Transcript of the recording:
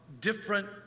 different